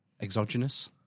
Exogenous